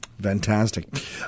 Fantastic